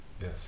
Yes